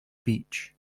beach